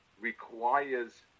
requires